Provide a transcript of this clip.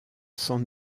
sans